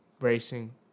racing